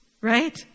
Right